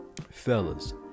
Fellas